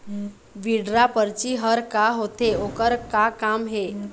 Withdraw परची हर का होते, ओकर का काम हे?